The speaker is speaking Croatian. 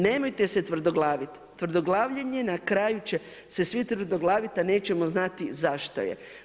Nemojte se tvrdoglaviti, tvrdoglavljenje na kraju će se svi tvrdoglaviti a nećemo znati zašto je.